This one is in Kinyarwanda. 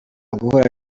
guhura